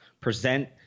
present